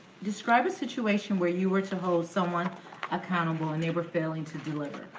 describe a situation where you were to hold someone accountable and they were failing to deliver.